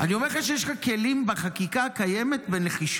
--- אני אומר לך שיש לך כלים בחקיקה הקיימת בנחישות,